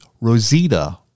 Rosita